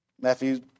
Matthew